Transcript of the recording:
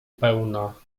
pełna